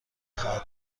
خواهد